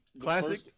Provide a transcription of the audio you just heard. Classic